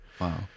Wow